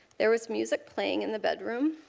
there was music playing in the bedroom.